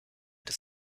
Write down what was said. des